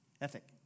Ethic